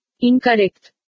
Incorrect